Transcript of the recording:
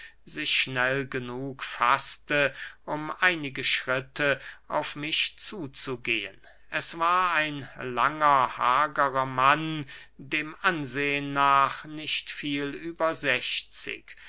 sich schnell genug faßte um einige schritte auf mich zuzugehen es war ein langer hagerer mann dem ansehen nach nicht viel über sechzig